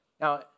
Now